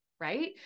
Right